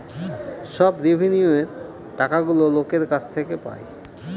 সব রেভিন্যুয়র টাকাগুলো লোকের কাছ থেকে পায়